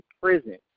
prison